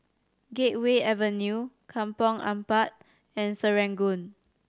Gateway Avenue Kampong Ampat and Serangoon